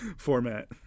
format